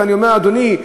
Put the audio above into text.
ואני אומר: אדוני,